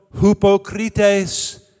hypocrites